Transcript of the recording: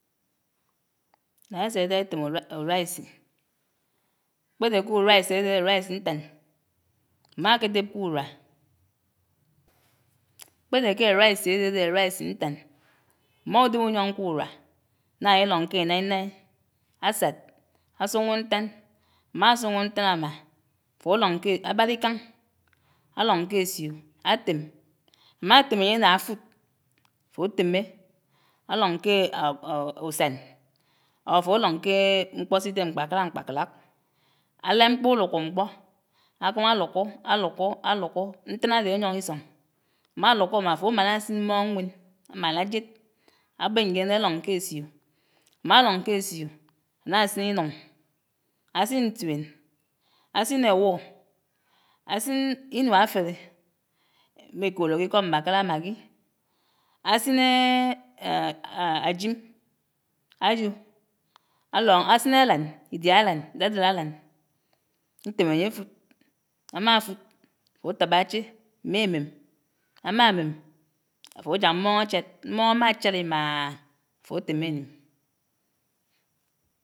Nà ésédá étém ráisí. Kpédé k'uraisíádé ádé ráís ñtán, Amá kédéb k'uruá. Kpédé ké ráisi ádé ádé ráis ñtán. Umá udéb uyóñ k'uruá, ánálílóñ ké ánáínáí, ásád, ásòñò ñtán, ámásòñò ñtán ámá, áfòlóñ ké ábárá íkáñ, álóñ k'ésiò, átém. Amátém ányé n'áfud, áfò témé álóñ ké usán or áfòlóñ kéé mkpó sídé mkpákálák mkpákálák, álád mkpó ulukó mkpó ákám'álukó, álukó, álukó, ñtán ádé áyóñ ísóñ. Am'álukó ámá áfò ámáná ásin mmóñ ñwén, ámál'ájéd, ábén ñjén álóñ k'ésio. Amálóñ k'ésio, ánásín ínuñ, ásín ñtuén, ásín áwó, ásín ínuá áféré mmé ékodò k'íkó mbákárá maggi, ásínééééé ájím ájò, álóñ ásín álán ídíá álán dádád álán ñtém áyéfud, ámáfud, áfo átábá áché mé ámém, ámá ámém áfòják mmóñ áchád, mmóñ ámáchád ímáááá, áfo átéménim